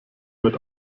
mit